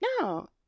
no